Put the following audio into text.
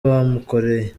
bamukoreye